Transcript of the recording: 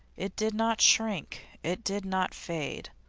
it did not shrink, it did not fade,